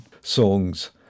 songs